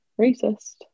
racist